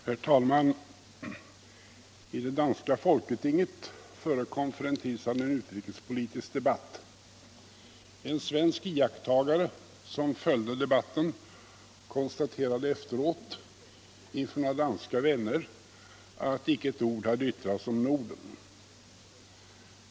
Herr talman! I det danska folketinget förekom för en tid sedan en utrikespolitisk debatt. En svensk iakttagare som följde debatten konstaterade efteråt inför några danska vänner, att icke ett ord hade yttrats om Norden.